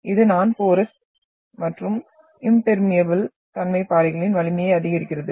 இது நான் போரஸ் மற்றும் இம் பெர்மியபில் தன்மை பாறைகளின் வலிமையை அதிகரிக்கிறது